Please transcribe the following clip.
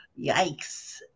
yikes